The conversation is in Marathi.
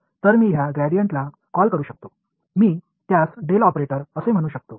तर मी या ग्रेडीएंटला कॉल करू शकतो मी त्यास ऑपरेटर असे म्हणू शकतो